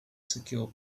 secure